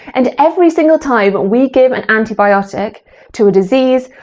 and every single time but we give an antibiotic to a disease,